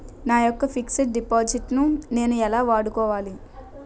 నా యెక్క fixed deposit ను నేను ఎలా వాడుకోవాలి?